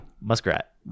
Muskrat